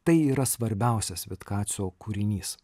tai yra svarbiausias vitkacio kūrinys